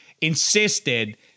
insisted